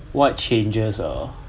what changes ah